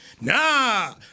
Nah